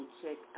check